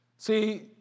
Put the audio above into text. See